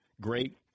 great